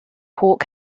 hawk